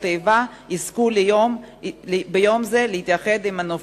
איבה יזכו ביום זה להתייחד עם זכר הנופלים.